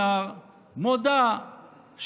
שנער מודה שסוג,